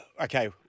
Okay